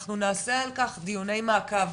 אנחנו נעשה על כך דיוני מעקב.